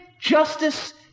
justice